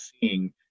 seeing